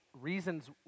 reasons